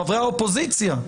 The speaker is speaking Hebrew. חברי האופוזיציה,